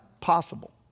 possible